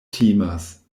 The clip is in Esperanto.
timas